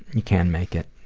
you can make it.